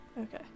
Okay